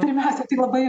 pirmiausia tai labai